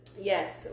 Yes